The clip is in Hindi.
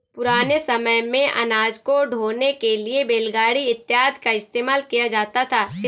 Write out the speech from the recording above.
पुराने समय मेंअनाज को ढोने के लिए बैलगाड़ी इत्यादि का इस्तेमाल किया जाता था